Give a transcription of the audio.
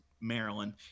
Maryland